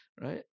right